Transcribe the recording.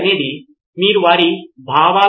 కాబట్టి ఈ దశకు ఇది చాలా ముఖ్యం